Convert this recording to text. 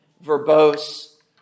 verbose